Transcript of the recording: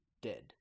dead